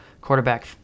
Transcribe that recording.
quarterback